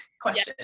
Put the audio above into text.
question